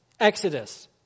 Exodus